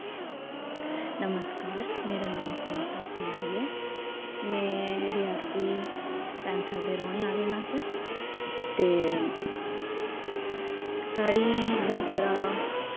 नमस्कार मेरा नाम सुमिता कुमारी ऐ में रियासी पैंथल दे रौह्ने आह्ले न अस ते साढ़ी जात्तरा